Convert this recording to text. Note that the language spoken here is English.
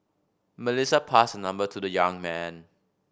Melissa passed her number to the young man